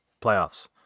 playoffs